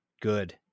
good